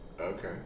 Okay